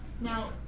Now